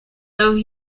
though